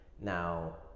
Now